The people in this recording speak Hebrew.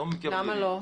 למה לא?